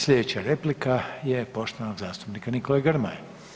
Sljedeća replika je poštovanog zastupnika Nikole Grmoje.